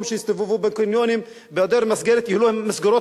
שיסתובבו בקניונים בהיעדר מסגרת יהיו להם מסגרות